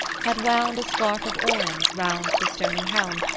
had wound a scarf of orange round the stony helm,